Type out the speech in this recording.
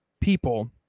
people